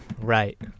right